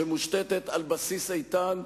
שמושתתת על בסיס איתן,